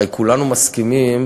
הרי כולנו מסכימים,